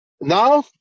Now